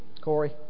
Corey